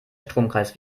stromkreis